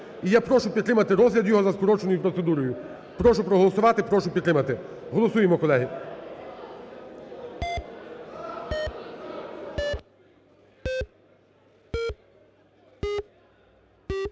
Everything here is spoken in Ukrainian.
І я прошу підтримати розгляд його за скороченою процедурою. Прошу проголосувати. Прошу підтримати. Голосуємо, колеги.